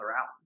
out